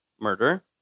murder